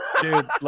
dude